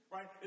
Right